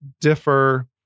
differ